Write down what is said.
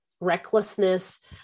recklessness